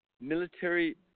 Military